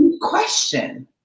question